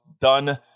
done